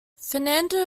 fernando